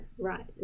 Right